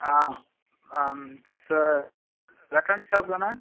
ஆ sir mechanic shop தானே